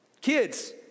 Kids